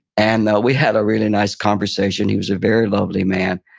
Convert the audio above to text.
and we had a really nice conversation, he was a very lovely man.